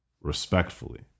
Respectfully